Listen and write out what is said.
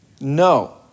no